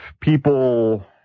people